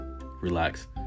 relax